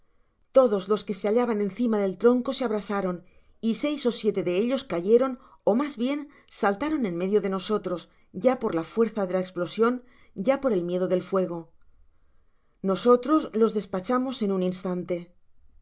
todos los que se hallaban encima del tronco se abrasaron y seis ó siete de ellos cayeron ó mas bien saltaron en medio de nosotros ya por la fuerza de la esplosion ya por el miedo del fuego nosotros los despachamos en un instante